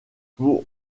pour